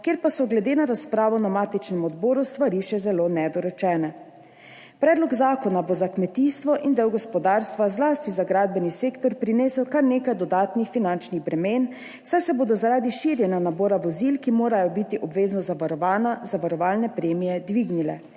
kjer pa so glede na razpravo na matičnem odboru stvari še zelo nedorečene. Predlog zakona bo za kmetijstvo in del gospodarstva, zlasti za gradbeni sektor, prinesel kar nekaj dodatnih finančnih bremen, saj se bodo zaradi širjenja nabora vozil, ki morajo biti obvezno zavarovana, zavarovalne premije dvignile.